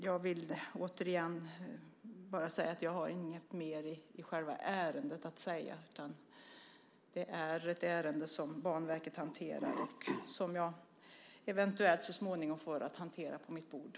Jag vill återigen bara påpeka att jag inte har något mer att säga i själva ärendet. Det är ett ärende som Banverket hanterar och som jag eventuellt så småningom får på mitt bord för att hantera.